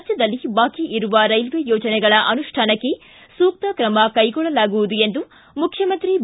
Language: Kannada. ರಾಜ್ಯದಲ್ಲಿ ಬಾಕಿಯಿರುವ ರೈಲ್ವೆ ಯೋಜನೆಗಳ ಅನುಷ್ಠಾನಕ್ಕೆ ಸೂಕ್ತ ತ್ರಮ ಕೈಗೊಳ್ಳಲಾಗುವುದು ಎಂದು ಮುಖ್ಯಮಂತ್ರಿ ಬಿ